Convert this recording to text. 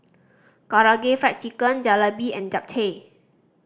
Karaage Fried Chicken Jalebi and Japchae